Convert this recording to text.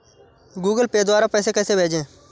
Google Pay द्वारा पैसे कैसे भेजें?